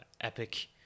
epic